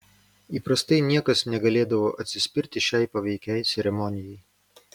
įprastai niekas negalėdavo atsispirti šiai paveikiai ceremonijai